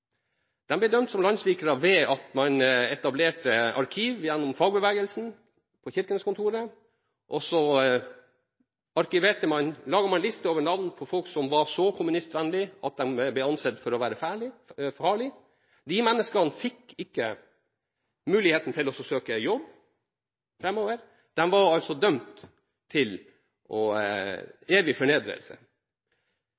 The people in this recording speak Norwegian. ved at man etablerte arkiv gjennom fagbevegelsens Kirkenes-kontor, og så laget man lister med navnene på folk som var så kommunistvennlige at de ble ansett for å være farlige. De menneskene fikk ikke muligheten til å søke jobb framover. De var dømt til evig fornedrelse,